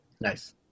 Nice